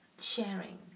sharing